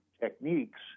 techniques